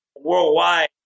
worldwide